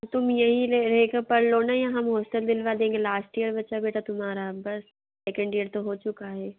तो तुम यही रह कर पढ़ लो ना यहाँ हम हॉस्टल दिलवा देंगे लास्ट ईयर बचा है बेटा तुम्हारा बस सेकंड ईयर तो हो चुका है